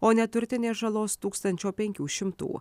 o neturtinės žalos tūkstančio penkių šimtų